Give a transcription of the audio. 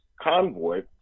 convoy